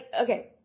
okay